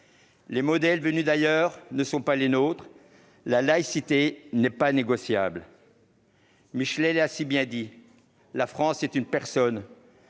Les modèles venus d'ailleurs ne sont pas les nôtres ; la laïcité n'est pas négociable. Michelet l'a bien dit :« la France est une personne ».